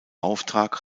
auftrag